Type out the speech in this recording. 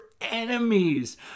enemies